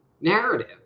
Narrative